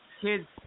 kids